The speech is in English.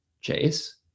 chase